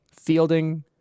fielding